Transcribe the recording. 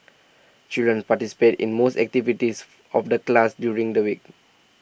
children participate in most activities of the class during the week